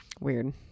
Weird